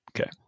Okay